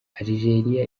algeria